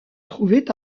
trouvait